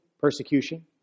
persecution